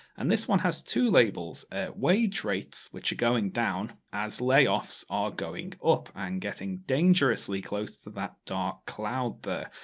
and this one has two labels wage rates, which are going down, as layoffs are going up, and getting dangerously close to that dark cloud there.